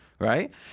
Right